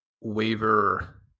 waiver